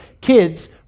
kids